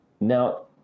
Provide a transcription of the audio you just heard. Now